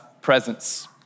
presence